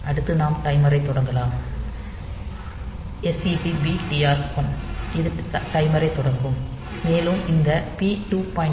அடுத்து நாம் டைமரைத் தொடங்கலாம் SETB TR 1 இது டைமரைத் தொடங்கும் மேலும் இந்த P2